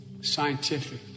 scientific